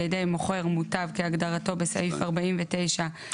על ידי מוכר מוטב כהגדרתו בסעיף 49כב(א3)(1),